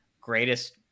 greatest